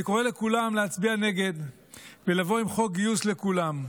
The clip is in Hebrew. אני קורא לכולם להצביע נגד ולבוא עם חוק גיוס לכולם,